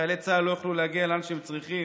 שחיילי צה"ל לא יוכלו להגיע לאן שהם צריכים.